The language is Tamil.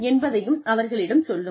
என்பதையும் அவர்களிடம் சொல்லும்